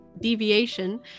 deviation